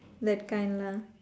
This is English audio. that kind lah